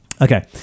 Okay